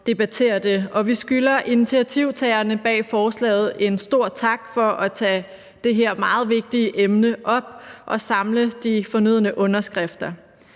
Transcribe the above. debatterer det, og vi skylder initiativtagerne bag forslaget en stor tak for at tage det her meget vigtige emne op og samle de fornødne underskrifter.